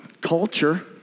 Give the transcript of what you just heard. culture